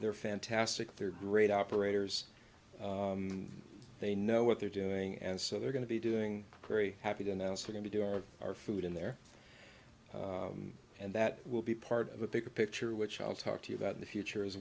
they're fantastic they're great operators they know what they're doing and so they're going to be doing very happy to announce we're going to do our our food in there and that will be part of a bigger picture which i'll talk to you about the future as